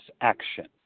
action